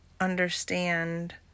understand